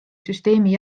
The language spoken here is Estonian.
süsteemi